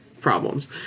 problems